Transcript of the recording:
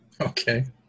Okay